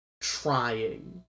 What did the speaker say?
trying